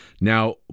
now